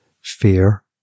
fear